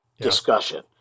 discussion